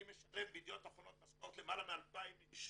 אני משלם בידיעות אחרונות משכורת ללמעלה מ-2,000 איש,